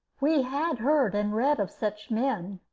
we had heard and read of such men,